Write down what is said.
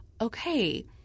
Okay